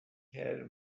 can